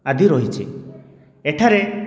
ଆଦି ରହିଛି ଏଠାରେ